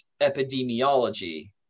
epidemiology